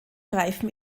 reifen